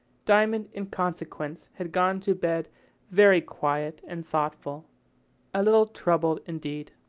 diamond in consequence had gone to bed very quiet and thoughtful a little troubled indeed.